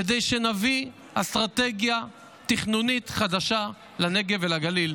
כדי שנביא אסטרטגיה תכנונית חדשה לנגב ולגליל.